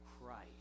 Christ